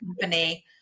company